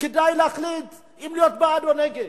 כדי להחליט אם להיות בעד או נגד?